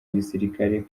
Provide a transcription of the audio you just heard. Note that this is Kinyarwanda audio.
gisirikare